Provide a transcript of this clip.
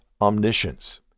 omniscience